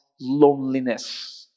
loneliness